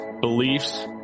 beliefs